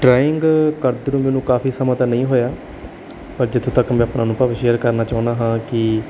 drawing ਕਰਦੇ ਨੂੰ ਮੈਨੂੰ ਕਾਫ਼ੀ ਸਮਾਂ ਤਾਂ ਨਹੀਂ ਹੋਇਆ ਪਰ ਜਿੱਥੇ ਤੱਕ ਮੈਂ ਆਪਣਾ ਅਨੁਭਵ ਸ਼ੇਅਰ ਕਰਨਾ ਚਾਹੁੰਦਾ ਹਾਂ ਕਿ